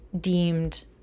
deemed